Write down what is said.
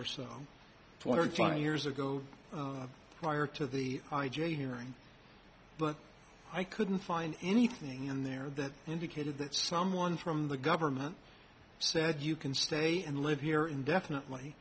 or so twenty or twenty years ago prior to the i j a hearing but i couldn't find anything in there that indicated that someone from the government said you can stay and live here indefinitely